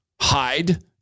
hide